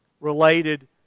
related